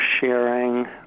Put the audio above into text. sharing